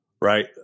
right